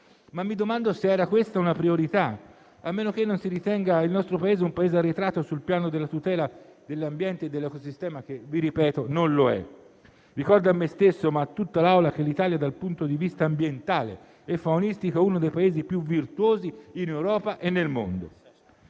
ma mi domando se questa era davvero una priorità, a meno che non si ritenga il nostro Paese arretrato sul piano della tutela dell'ambiente e dell'ecosistema, ma vi ripeto che non lo è. Ricordo a me stesso e a tutta l'Assemblea che l'Italia, dal punto di vista ambientale e faunistico, è uno dei Paesi più virtuosi in Europa e nel mondo.